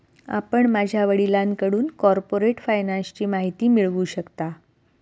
आपण माझ्या वडिलांकडून कॉर्पोरेट फायनान्सची माहिती मिळवू शकता